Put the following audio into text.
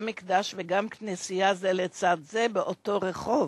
גם מקדש וגם כנסייה זה לצד זה באותו רחוב.